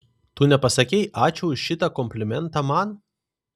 tu nepasakei ačiū už šitą komplimentą man